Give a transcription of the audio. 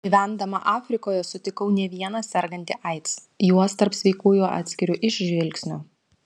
gyvendama afrikoje sutikau ne vieną sergantį aids juos tarp sveikųjų atskiriu iš žvilgsnio